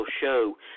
show